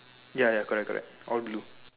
ya ya correct correct all blue